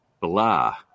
blah